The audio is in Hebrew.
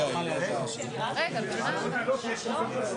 מנהל אגף,